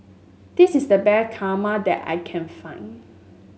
this is the best kurmada that I can find